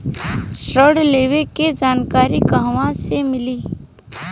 ऋण लेवे के जानकारी कहवा से मिली?